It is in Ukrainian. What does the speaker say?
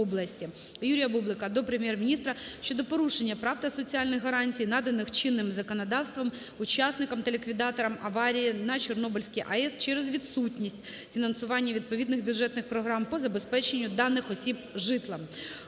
Юрія Бублика до Прем'єр-міністра щодо порушення прав та соціальних гарантій, наданих чинним законодавством учасникам та ліквідаторам аварії на Чорнобильській АЕС через відсутність фінансування відповідних бюджетних програм по забезпеченню даних осіб житлом.